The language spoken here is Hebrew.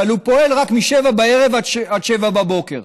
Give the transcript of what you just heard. אבל הוא פועל רק משבע בערב עד שבע בבוקר.